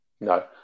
No